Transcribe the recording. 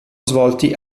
svolti